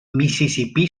mississipí